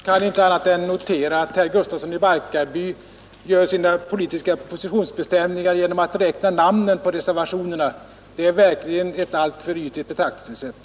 Fru talman! Jag kan inte annat än notera att herr Gustafsson i Barkarby gör sina politiska positionsbestämningar genom att räkna namnen på reservationerna. Det är verkligen ett alltför ytligt betraktelsesätt.